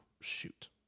shoot